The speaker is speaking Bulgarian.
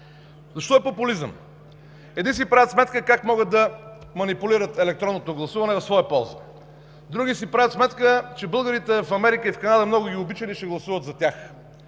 Защо е популизъм?! Едни си правят сметка как могат да манипулират електронното гласуване в своя полза. Други си правят сметка, че българите в Америка и Канада много ги обичали и ще гласуват за тях.